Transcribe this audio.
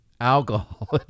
alcohol